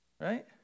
right